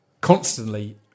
constantly